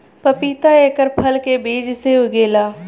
पपीता एकर फल के बीज से उगेला